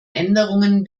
änderungen